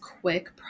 quick